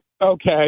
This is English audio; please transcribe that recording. Okay